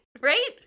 right